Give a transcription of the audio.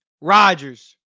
Rodgers